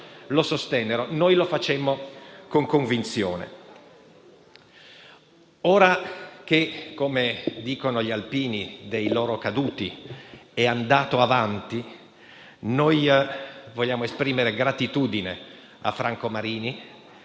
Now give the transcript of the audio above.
lo sostennero; noi lo facemmo con convinzione. Ora che, come dicono gli Alpini dei loro caduti, "è andato avanti", noi vogliamo esprimere gratitudine a Franco Marini